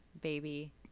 Baby